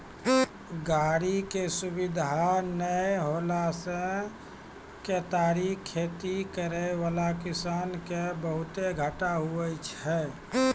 गाड़ी के सुविधा नै होला से केतारी खेती करै वाला किसान के बहुते घाटा हुवै छै